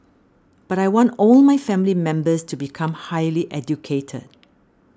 but I want all my family members to become highly educated